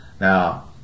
Now